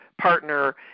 partner